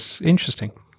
interesting